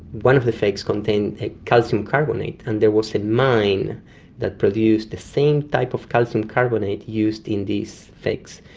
one of the fakes contained a calcium carbonate and there was a mine that produced the same type of calcium carbonate used in these fakes,